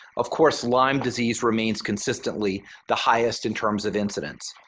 of course lyme disease remains consistently the highest in terms of incidence.